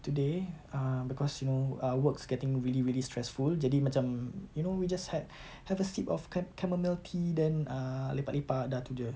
today um because you know uh work's getting really really stressful jadi macam you know we just had have a sip of cam~ cammomile tea then err lepak lepak dah itu jer